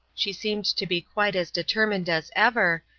she seemed to be quite as determined as ever,